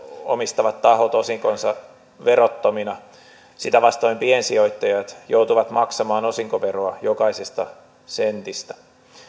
omistavat tahot osinkonsa verottomina ja sitä vastoin piensijoittajat joutuvat maksamaan osinkoveroa jokaisesta sentistä